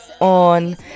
on